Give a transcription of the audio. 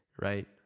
right